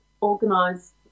organise